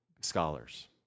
scholars